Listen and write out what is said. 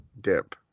dip